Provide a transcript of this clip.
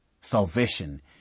salvation